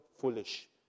foolish